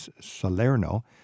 Salerno